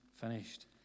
finished